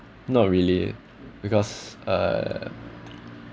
not really because uh